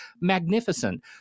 magnificent